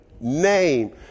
name